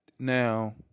Now